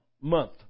month